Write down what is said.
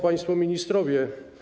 Państwo Ministrowie!